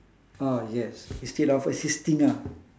oh yes instead of assisting ah